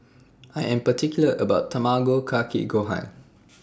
I Am particular about My Tamago Kake Gohan